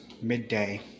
midday